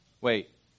Wait